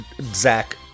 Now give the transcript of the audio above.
Zach